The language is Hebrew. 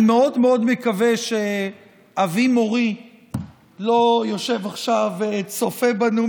אני מאוד מאוד מקווה שאבי מורי לא יושב עכשיו וצופה בנו,